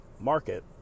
market